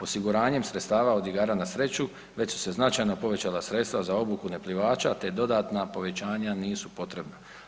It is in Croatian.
Osiguranjem sredstava od igara na sreću već su se značajno povećala sredstva za obuku neplivača te dodatna povećanja nisu potrebna.